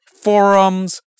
forums